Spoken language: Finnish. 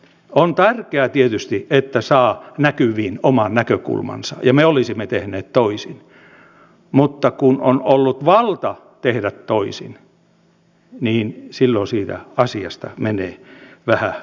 on tärkeää tietysti että saa näkyviin oman näkökulmansa me olisimme tehneet toisin mutta kun on ollut valta tehdä toisin niin silloin siitä asiasta menee vähän uskottavuutta